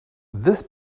this